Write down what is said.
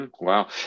Wow